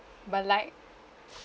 but like